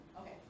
Okay